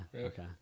Okay